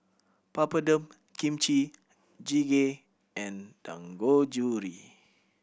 Papadum Kimchi Jjigae and Dangojiru